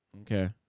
Okay